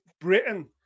Britain